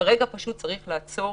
כרגע פשוט צריך לעצור,